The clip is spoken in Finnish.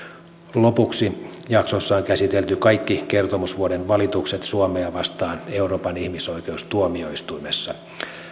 lopuksi jaksossa on käsitelty kaikki kertomusvuoden valitukset suomea vastaan euroopan ihmisoikeustuomioistuimessa